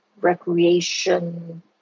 recreation